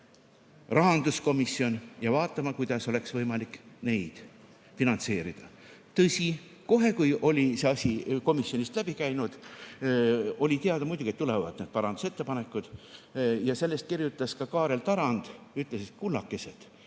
rahanduskomisjon, ja vaatama, kuidas oleks võimalik neid finantseerida. Tõsi, kohe kui see asi oli komisjonist läbi käinud, oli muidugi teada, et tulevad need parandusettepanekud ja sellest kirjutas ka Kaarel Tarand, kes ütles, et kullakesed,